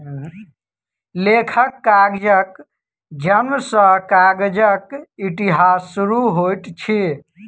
लेखन कलाक जनम सॅ कागजक इतिहास शुरू होइत अछि